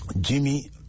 Jimmy